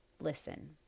listen